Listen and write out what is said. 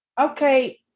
Okay